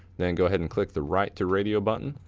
then go ahead and click the write to radio button,